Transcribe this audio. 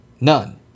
None